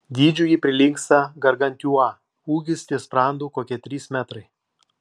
dydžiu ji prilygsta gargantiua ūgis ties sprandu kokie trys metrai